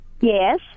Yes